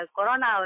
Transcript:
Corona